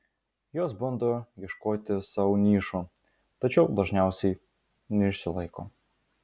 jos bando ieškoti sau nišų tačiau dažniausiai neišsilaiko